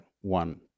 one